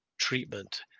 treatment